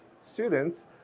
students